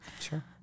Sure